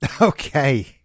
Okay